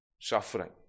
suffering